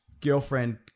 girlfriend